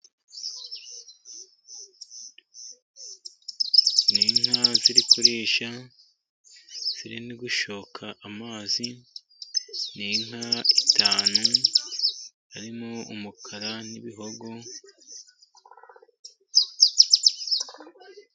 Ni inka ziri kurisha, ziri no gushoka amazi. Ni inka eshanu harimo umukara n'ibihogo.